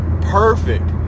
perfect